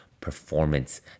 Performance